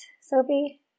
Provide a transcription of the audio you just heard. Sophie